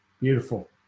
Beautiful